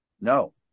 No